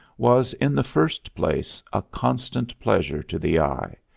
was, in the first place, a constant pleasure to the eye,